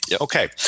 Okay